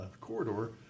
corridor